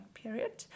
period